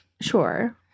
sure